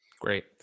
Great